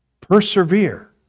persevere